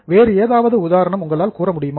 வேறு ஏதாவது உதாரணம் உங்களால் கூறமுடியுமா